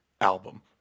album